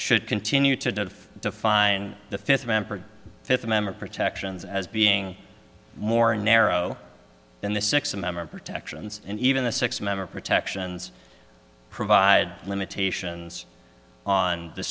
should continue to define the fifth member fifth amendment protections as being more narrow than the six the memory protections and even the six member protections provide limitations on the